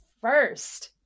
first